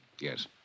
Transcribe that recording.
Yes